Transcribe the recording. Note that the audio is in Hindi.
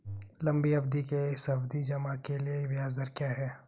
लंबी अवधि के सावधि जमा के लिए ब्याज दर क्या है?